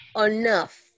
enough